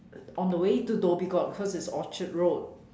on the way to Dhoby Ghaut because it's Orchard Road